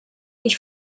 ich